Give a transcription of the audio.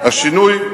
לא היה בג"ץ.